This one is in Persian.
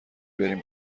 بریم